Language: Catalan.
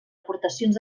aportacions